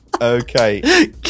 Okay